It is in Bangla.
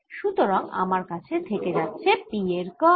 সুতরাং আমার কাছে থেকে যাচ্ছে P এর কার্ল